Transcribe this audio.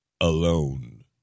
alone